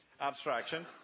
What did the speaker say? abstraction